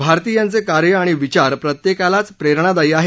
भारती यांचे कार्य आणि विचार प्रत्येकालाच प्रेरणादायी आहेत